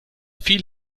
viel